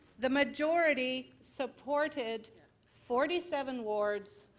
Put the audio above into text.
the majority supported forty seven wards,